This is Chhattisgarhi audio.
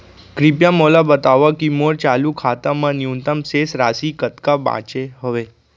कृपया मोला बतावव की मोर चालू खाता मा न्यूनतम शेष राशि कतका बाचे हवे